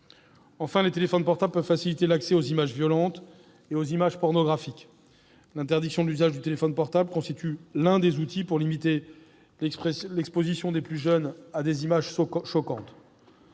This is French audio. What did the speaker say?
Les téléphones portables peuvent en outre faciliter l'accès aux images violentes et aux images pornographiques. L'interdiction de l'usage du téléphone portable constitue l'un des outils susceptibles de limiter l'exposition des plus jeunes à des images choquantes.